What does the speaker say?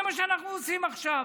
זה מה שאנחנו עושים עכשיו,